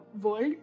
world